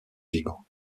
gigot